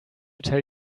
tell